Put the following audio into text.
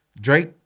Drake